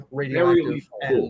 radioactive